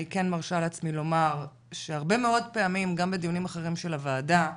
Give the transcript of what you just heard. אני כן מרשה לעצמי לומר שהרבה מאוד פעמים גם בדיונים אחרים של הוועדה,